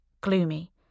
gloomy